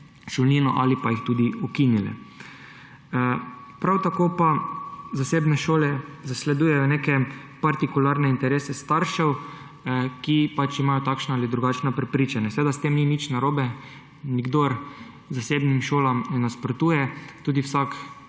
ali pa jo celo ukinile. Prav tako pa zasebne šole zasledujejo neke partikularne interese staršev, ki imajo takšno ali drugačna prepričanje. Seveda s tem ni nič narobe. Nihče zasebnim šolam ne nasprotuje, tudi vsak